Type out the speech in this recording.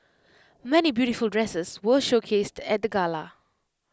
many beautiful dresses were showcased at the gala